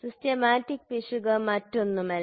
systematic പിശക് മറ്റ് ഒന്നുമല്ല